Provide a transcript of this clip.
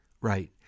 Right